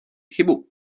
chybu